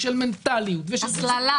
של מנטליות - אתה יודע